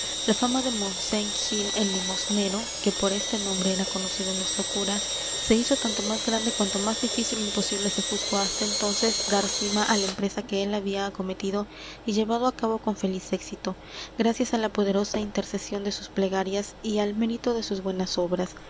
la fama de mosén gil el limosnero que por este nombre era conocido nuestro cura se hizo tanto más grande cuanto más difícil ó imposible se juzgó hasta entonces dar cima á la empresa que él había acometido y llevado á cabo con feliz éxito gracias á la poderosa intercesión de sus plegarias y al mérito de sus buenas obras